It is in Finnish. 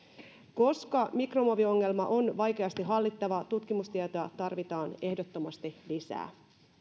koska mikromuoviongelma on vaikeasti hallittava tutkimustietoa tarvitaan ehdottomasti lisää